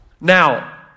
Now